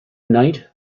night